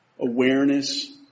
awareness